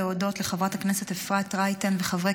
אני רוצה להודות לחברת הכנסת אפרת רייטן ולחברי